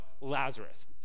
Lazarus